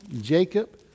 Jacob